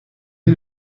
est